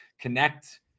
Connect